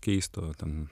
keisto ten